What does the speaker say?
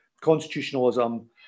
constitutionalism